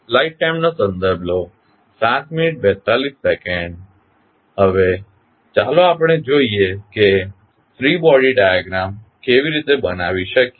હવે ચાલો આપણે જોઈએ કે ફ્રી બોડી ડાયાગ્રામ કેવી રીતે બનાવી શકીએ